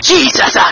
Jesus